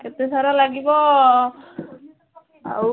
କେତେ ସାର ଲାଗିବ ଆଉ